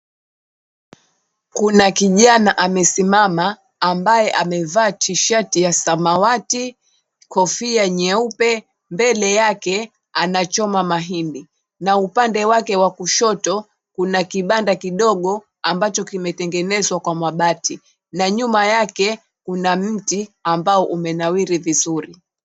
Kuna kijana amesimama ambaye amevaa tishati ya samawati, kofia nyeupe, mbele yake anachoma mahindi na upande wake wa kushoto kuna kibanda kidogo ambacho kimetengenezwa kwa mabati na nyuma yake kuna mti ambao umenawiri vizuri.